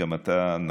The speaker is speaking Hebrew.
גם אתה נכחת,